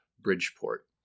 Bridgeport